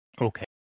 Okay